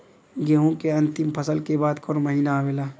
गेहूँ के अंतिम फसल के बाद कवन महीना आवेला?